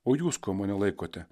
o jūs kuo mane laikote